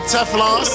Teflon